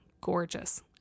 gorgeous